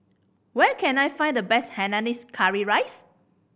where can I find the best hainanese curry rice